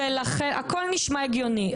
הכול נשמע הגיוני,